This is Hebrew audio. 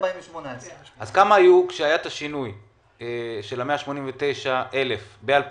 כשהיה שינוי ב-2016, כמה